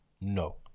no